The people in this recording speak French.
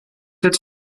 être